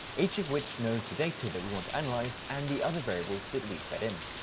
each of which knows the data that we want to analyse and the other variables that we fed in.